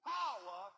power